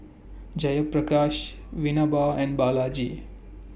Jayaprakash Vinoba and Balaji